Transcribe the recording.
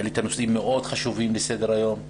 העלית נושאים מאוד חשובים בסדר-היום.